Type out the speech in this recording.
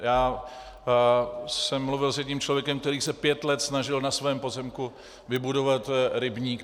Já jsem mluvil s jedním člověkem, který se pět let snažil na svém pozemku vybudovat rybník.